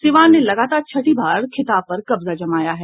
सीवान ने लगातार छठी बार खिताब पर कब्जा जमाया है